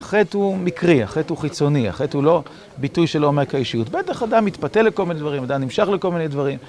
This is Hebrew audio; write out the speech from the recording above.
החטא הוא מקרי, החטא הוא חיצוני, החטא הוא לא ביטוי של עומק האישיות. בטח אדם מתפתה לכל מיני דברים, אדם נמשך לכל מיני דברים.